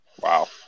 Wow